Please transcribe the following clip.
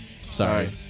Sorry